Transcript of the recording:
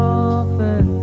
often